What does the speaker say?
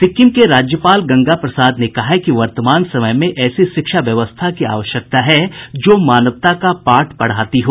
सिक्किम के राज्यपाल गंगा प्रसाद ने कहा है कि वर्तमान समय में ऐसी शिक्षा व्यवस्था की आवश्यकता है जो मानवता का पाठ पढ़ाती हो